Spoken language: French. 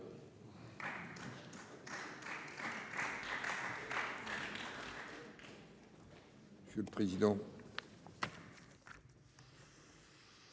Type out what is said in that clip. Monsieur le président,